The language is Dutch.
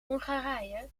hongarije